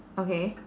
okay